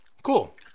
Cool